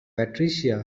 patricia